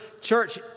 Church